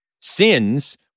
Sins